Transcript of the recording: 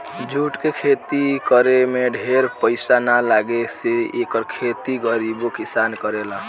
jute के खेती करे में ढेर पईसा ना लागे से एकर खेती गरीबो किसान करेला